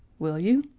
will you?